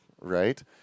right